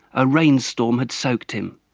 a rainstorm had soaked him.